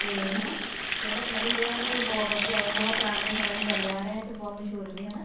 ਅਤੇ ਹੈ ਨਾ ਅਤੇ ਜਿਹੜਾ ਪੰਜਾਬੀ ਸੱਭਿਆਚਾਰ ਸਾਡਾ ਬਹੁਤ ਵਧੀਆ ਏ ਬਹੁਤ ਪੁਰਾਣਾ ਸਮੇਂ ਤੋਂ ਚੱਲਿਆ ਆ ਰਿਹਾ ਅਤੇ ਬਹੁਤ ਮਸ਼ਹੂਰ ਵੀ ਹੈ ਨਾ